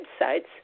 websites